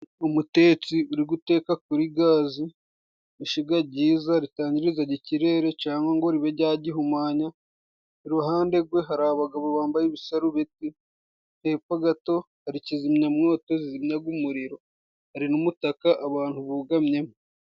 Umutetsi uri guteka kuri gaze, ishiga ryiza ritagirizaga ikirere cangwa ngo ribe jyagihumanya, iruhande gwe hari abagabo bambaye ibisarubeti, hepfo gato hari kizimyamwoto zizimyaga umuriro, hari n' umutaka abantu abantu bicayemo.